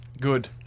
good